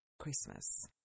Christmas